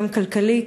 גם כלכלית.